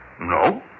No